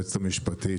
היועצת המשפטית,